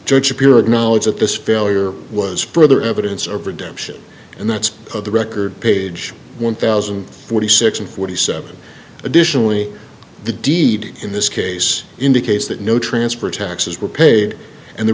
judge knowledge that this failure was further evidence of redemption and that's the record page one thousand and forty six and forty seven additionally the deed in this case indicates that no transfer taxes were paid and the